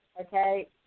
okay